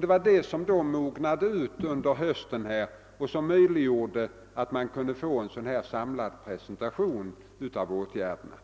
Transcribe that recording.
Det är detta arbete som nu i höst mynnat ut i en samlad presentation av åtgärder.